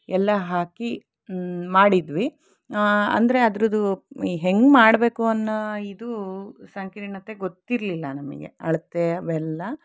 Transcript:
ಎಲ್ಲ ಹಾಕಿ ಮಾಡಿದ್ವಿ ಅಂದರೆ ಅದ್ರದ್ದು ಹೇಗೆ ಮಾಡ್ಬೇಕು ಅನ್ನೋ ಇದು ಸಂಕೀರ್ಣತೆ ಗೊತ್ತಿರಲಿಲ್ಲ ನಮಗೆ ಅಳತೆ ಅವೆಲ್ಲ